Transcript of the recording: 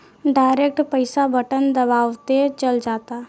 direct पईसा button दबावते चल जाता